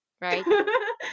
right